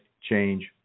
change